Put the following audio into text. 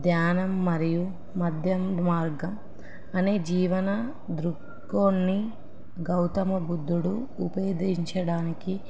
ధ్యానం మరియు మధ్య మార్గం అనే జీవన దృక్కోణాన్ని గౌతమ బుద్ధుడు ఉపాదించడానికి